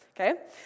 Okay